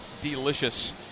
delicious